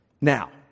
Now